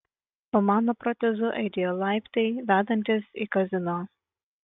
po mano protezu aidėjo laiptai vedantys į kazino